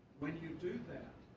when you do that,